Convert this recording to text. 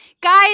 guys